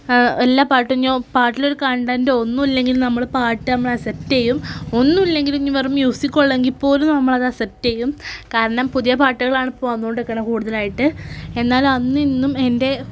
എല്ലാ പാട്ടും ഞാൻ പാട്ടിലൊരു കണ്ടൻറ്റോ ഒന്നും ഇല്ലെങ്കിൽ നമ്മൾ പാട്ട് നമ്മൾ അസെപ്റ്റ് ചെയ്യും ഒന്നും ഇല്ലെങ്കിലിനി വെറും മ്യൂസിക്കുള്ളൂ എങ്കിൽപ്പോലും നമ്മളത് അസപ്റ്റ് ചെയ്യും കാരണം പുതിയ പാട്ടുകളാണ് ഇപ്പം വന്നുകൊണ്ട് ഇരിക്ക്ണത് കൂടുതലായിട്ട് എന്നാൽ അന്നും ഇന്നും എൻ്റെ